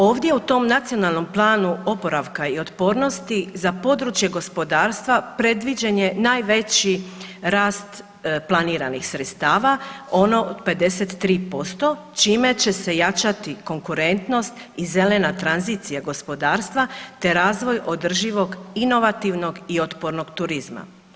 Ovdje u tom Nacionalnom planu oporavka i otpornosti za područje gospodarstva predviđen je najveći rast planiranih sredstava, ono od 53%, čime će se jačati konkurentnost i zelena tranzicija gospodarstva te razvoj održivog inovativnog i otpornog turizma.